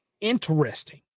Interesting